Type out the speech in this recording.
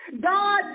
God